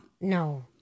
No